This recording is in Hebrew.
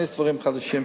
להכניס דברים חדשים.